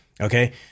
Okay